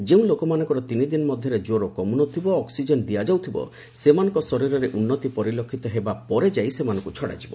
ଯେଉଁ ଲୋକମାନଙ୍କର ତିନିଦିନ ମଧ୍ୟରେ ଜ୍ୱର କମୁନଥିବ ଓ ଅକ୍ୱିଜେନ୍ ଦିଆଯାଉଥିବ ସେମାନଙ୍କ ଶରୀରରେ ଉନ୍ନତି ପରିଲକ୍ଷିତ ହେବା ପରେ ଯାଇ ସେମାନଙ୍କୁ ଛଡ଼ାଯିବ